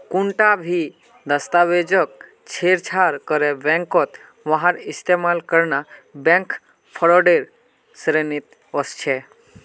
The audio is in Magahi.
कुंटा भी दस्तावेजक छेड़छाड़ करे बैंकत वहार इस्तेमाल करना बैंक फ्रॉडेर श्रेणीत वस्छे